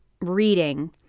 reading